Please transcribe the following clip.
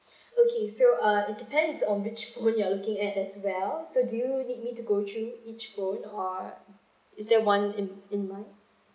okay so uh it depends on which phone you're looking at as well so do you need me to go through each phone or is there one in in mind